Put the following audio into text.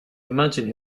imagine